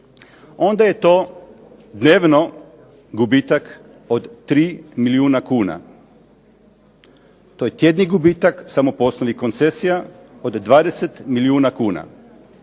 onda je to dnevno gubitak od 3 milijuna kuna. To je tjedni gubitak samo poslovnih koncesija od 20 milijuna kuna.